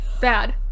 bad